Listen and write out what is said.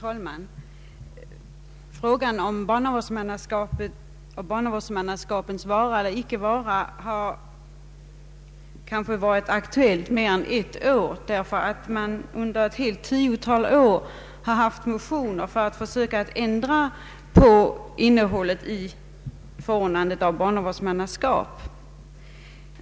Herr talman! Frågan om barnavårdsmannaskapets vara eller inte vara har kanske varit aktuell mer än ett år, ty under ett tiotal år har motioner väckts med syfte att söka ändra på innehållet i förordningen om barnavårdsmannaskap.